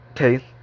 okay